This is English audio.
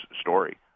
story